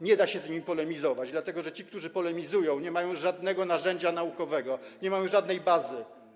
Nie da się z nimi polemizować, dlatego że ci, którzy polemizują, nie mają żadnego narzędzia naukowego, nie mają żadnej bazy.